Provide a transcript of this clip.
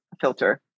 filter